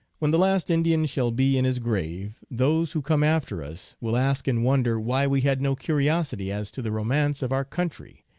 when the last indian shall be in his grave, those who come after us will ask in wonder why we had no curiosity as to the romance of our country,